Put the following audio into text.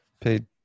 paid